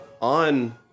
on